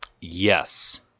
yes